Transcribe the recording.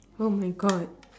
oh my god